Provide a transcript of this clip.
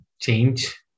change